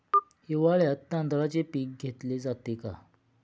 हिवाळ्यात तांदळाचे पीक घेतले जाते का?